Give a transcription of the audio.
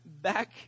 back